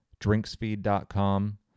drinksfeed.com